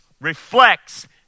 reflects